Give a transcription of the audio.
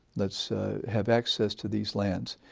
let's have access to these lands.